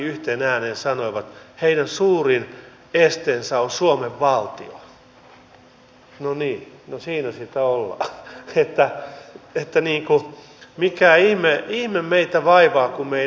suomi on todellakin useamman vuoden ollut kolmoisvajeessa ja hallitus on laittanut askelmerkit siihen että saataisiin laaja yhteiskuntasopimus tai laaja työmarkkinaratkaisu syntymään